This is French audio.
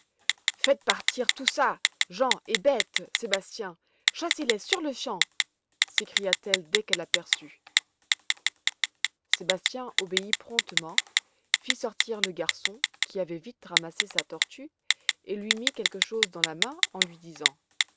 faites partir tout ça gens et bêtes sébastien chassez les sur-le-champ s'écria-t-elle dès qu'elle l'aperçut sébastien obéit promptement fit sortir le garçon qui avait vite ramassé sa tortue et lui mit quelque chose dans la main en lui disant